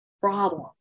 problem